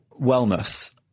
wellness